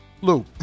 Lou